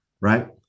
right